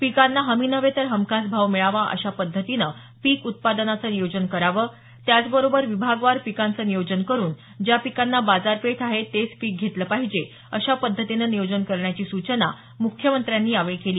पिकांना हमी नव्हे तर हमखास भाव मिळावा अशा पद्धतीने पीक उत्पादनाचं नियोजन करावं त्याचबरोबर विभागवार पिकांचं नियोजन करून ज्या पिकांना बाजारपेठ आहे तेच पिक घेतलं पाहिजे अशा पद्धतीनं नियोजन करण्याची सूचना मुख्यमंत्र्यांनी यावेळी केली